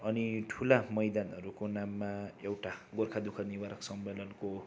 अनि ठुला मैदानहरूको नाममा एउटा गोर्खा दु ख निवारक सम्मेलनको